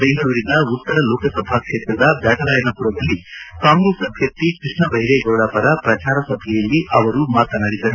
ಬೆಂಗಳೂರಿನ ಉತ್ತರ ಲೋಕಸಭಾ ಕ್ಷೇತ್ರದ ಬ್ಲಾಟರಾಯನ ಪುರದಲ್ಲಿ ಕಾಂಗ್ರೆಸ್ ಅಭ್ಯರ್ಥಿ ಕೃಷ್ಣ ಭೈರೇಗೌಡ ಪರ ಪ್ರಚಾರ ಸಭೆಯಲ್ಲಿ ಅವರು ಮಾತನಾಡಿದರು